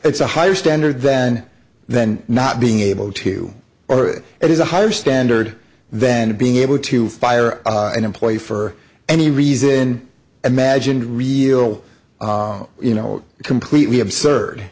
it's a higher standard than then not being able to or if it is a higher standard then being able to fire an employee for any reason imagined real you know completely absurd